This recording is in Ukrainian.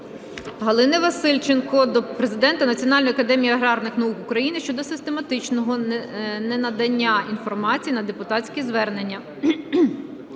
Галини Васильченко до президента Національної академії аграрних наук України щодо систематичного ненадання інформації на депутатські звернення.